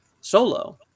solo